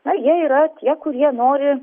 na jie yra tie kurie nori